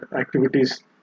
activities